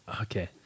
Okay